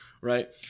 right